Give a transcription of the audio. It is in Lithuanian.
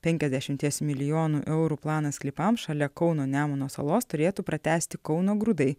penkiasdešimties milijonų eurų planą sklypams šalia kauno nemuno salos turėtų pratęsti kauno grūdai